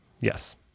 Yes